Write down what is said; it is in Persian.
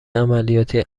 عملیاتی